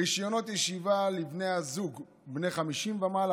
רישיונות ישיבה לבני זוג בני 50 ומעלה